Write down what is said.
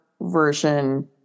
version